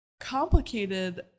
complicated